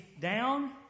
down